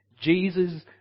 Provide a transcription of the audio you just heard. Jesus